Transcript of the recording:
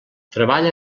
treballa